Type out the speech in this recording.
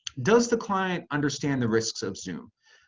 does the client understand the risks of zoom?